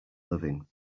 living